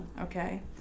Okay